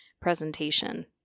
presentation